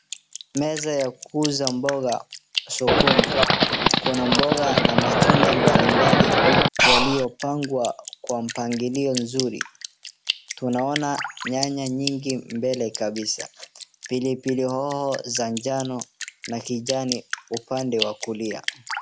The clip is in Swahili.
Meza ya kuuza mboga sokoni, kuna mboga na matunda mbalimbali yaliyopangwa kwa mpangilio nzuri. Tunaona nyanya nyingi mbele kabisa, pilipili hoho za njano na kijani upande wa kulia.